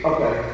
Okay